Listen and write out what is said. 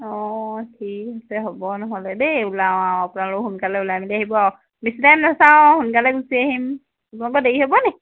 অ ঠিক আছে হ'ব নহ'লে দেই ওলাওঁ আৰু আপোনালোক সোনকালে ওলাই মেলি আহিব আৰু বেছি টাইম নাচাওঁ সোনকালেই গুচি আহিম তোমালোকৰ দেৰি হ'ব নি